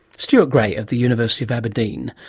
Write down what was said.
stuart gray at the university of aberdeen.